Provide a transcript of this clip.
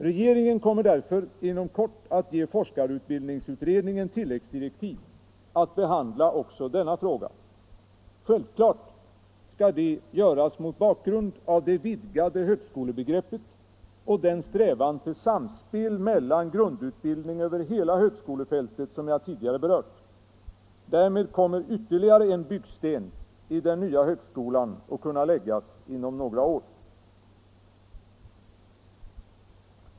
Regeringen kommer därför inom kort att ge forskarutbildningsutredningen tilläggsdirektiv att behandla också denna fråga. Självklart skall det göras mot bakgrund av det vidgade högskolebegreppet och den strävan till samspel mellan grundutbildning över hela högskolefältet som jag tidigare berört. Därmed kommer ytterligare en byggsten i den nya högskolan att kunna läggas inom några år.